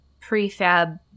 prefab